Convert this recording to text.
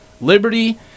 Liberty